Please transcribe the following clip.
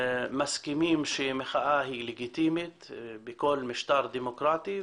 מסכימים שמחאה היא לגיטימית בכל משטר דמוקרטי,